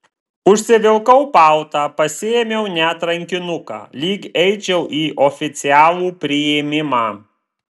užsivilkau paltą pasiėmiau net rankinuką lyg eičiau į oficialų priėmimą